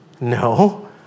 No